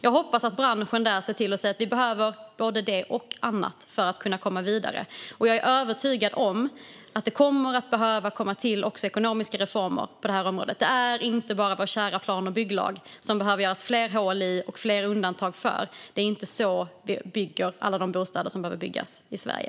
Jag hoppas att branschen ser till att framföra att vi behöver både detta och annat för att kunna komma vidare. Jag är också övertygad om att det kommer att behöva komma till ekonomiska reformer på det här området. Det är inte bara vår kära plan och bygglag som det behöver göras fler hål i och fler undantag från. Det är inte så vi bygger alla de bostäder som behöver byggas i Sverige.